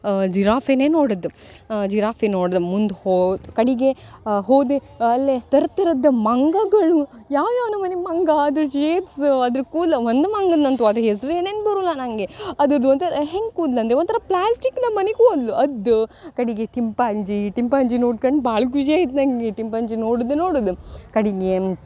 ಜಿರಾಫೆನೇ ನೋಡಿದ್ ಜಿರಾಫೆ ನೋಡ್ದೆ ಮುಂದೆ ಹೋ ಕಡೆಗೆ ಹೋದೆ ಅಲ್ಲೇ ಥರ ಥರದ್ದು ಮಂಗಗಳು ಯಾವ್ಯಾವ ನಮೂನಿ ಮಂಗ ಅದ್ರ ಜೇಪ್ಸ್ ಅದ್ರ ಕೂದ್ಲು ಒಂದು ಮಂಗಂದಂತೂ ಅದ್ರ ಹೆಸರೇ ನೆನ್ಪು ಬರುಲ್ಲ ನನಗೆ ಅದ್ರದ್ದು ಒಂಥರ ಹೆಂಗೆ ಕೂದ್ಲು ಅಂದರೆ ಒಂಥರ ಪ್ಲ್ಯಾಸ್ಟಿಕ್ ನಮೂನಿ ಕೂದಲು ಅದು ಕಡೆಗೆ ಟಿಂಪಾಂಜಿ ಟಿಂಪಾಂಜಿ ನೋಡ್ಕಂಡು ಭಾಳ ಖುಷಿ ಆಯ್ತು ನನಗೆ ಟಿಂಪಾಂಜಿ ನೋಡಿದ್ದೆ ನೋಡುದು ಕಡೆಗೆ